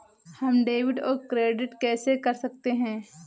हम डेबिटऔर क्रेडिट कैसे कर सकते हैं?